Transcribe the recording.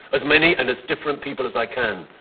as many and as different people as i can.